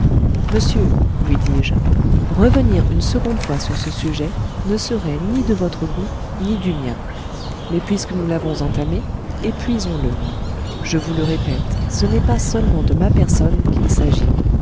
monsieur lui dis-je revenir une seconde fois sur ce sujet ne serait ni de votre goût ni du mien mais puisque nous l'avons entamé épuisons le je vous le répète ce n'est pas seulement de ma personne qu'il s'agit